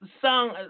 Song